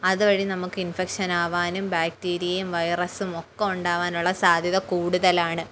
അതുവഴി നമുക്ക് ഇൻഫെക്ഷൻ ആകാനും ബാക്ടീരിയയും വൈറസും ഒക്കെ ഉണ്ടാകാനുള്ള സാധ്യത കൂടുതലാണ്